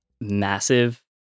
massive